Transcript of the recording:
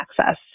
access